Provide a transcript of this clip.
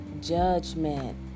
judgment